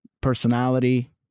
personality